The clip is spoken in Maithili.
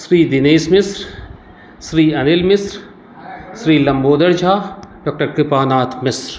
श्री दिनेश मिश्र श्री अनिल मिश्र श्री लम्बोदर झा डॉक्टर कृपानाथ मिश्र